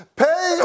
pay